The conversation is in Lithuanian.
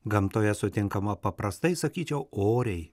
gamtoje sutinkama paprastai sakyčiau oriai